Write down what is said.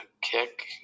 kick